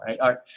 right